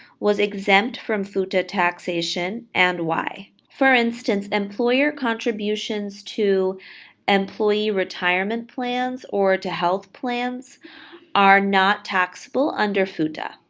was exempt from futa taxation and why. for instance, employer contributions to employee retirement plans or to health plans are not taxable under futa.